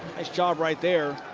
nice job right there.